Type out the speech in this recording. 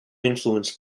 influenced